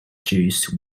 juice